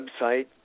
website